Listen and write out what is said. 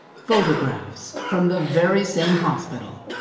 photographs, from the very same hospital,